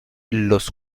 los